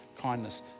kindness